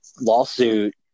lawsuit